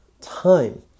time